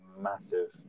massive